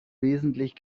wesentlich